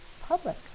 public